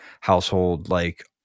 household-like